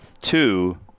two